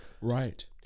Right